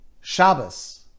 Shabbos